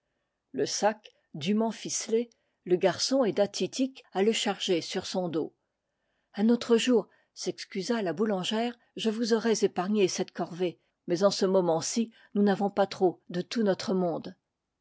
le sac dûment ficelé le garçon aida titik à le charger sur son dos un autre jour s'excusa la boulangère je vous aurais épargné cette corvée mais en ce moment-ci nous n'avons pas trop de tout notre monde